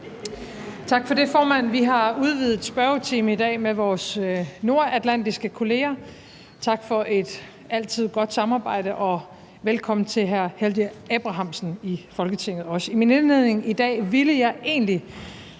Tak for det, formand. Vi har udvidet spørgetime i dag med vores nordatlantiske kolleger. Tak for et altid godt samarbejde, og også velkommen til hr. Helgi Abrahamsen i Folketinget. I min indledning i dag ville jeg egentlig